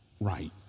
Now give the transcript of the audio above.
right